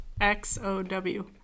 X-O-W